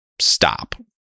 stop